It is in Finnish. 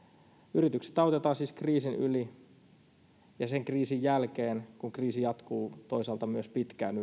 yritykset autetaan siis kriisin yli ja kriisin jälkeen kun kriisi jatkuu yrityksillä toisaalta myös pitkään